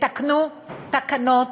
תתקנו תקנות